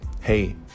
hey